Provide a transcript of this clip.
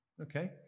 Okay